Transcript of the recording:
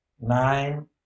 nine